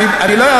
לא,